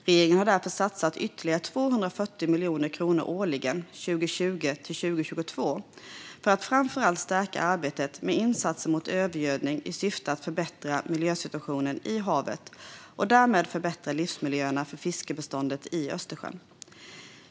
Regeringen har därför satsat ytterligare 240 miljoner kronor årligen 2020-2022 för att framför allt stärka arbetet med insatser mot övergödning i syfte att förbättra miljösituationen i havet och därmed förbättra livsmiljöerna för fiskbestånden i Östersjön.